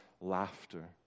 laughter